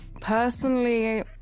personally